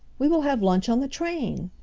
we will have lunch on the train.